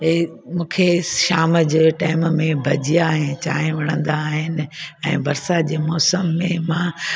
इहो मूंखे शाम जे टाइम में भजीया ऐं चांहि वणंदा आहिनि ऐं बरसाति जे मौसम में मां